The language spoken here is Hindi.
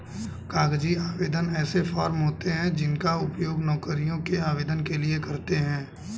कागजी आवेदन ऐसे फॉर्म होते हैं जिनका उपयोग नौकरियों के आवेदन के लिए करते हैं